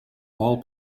all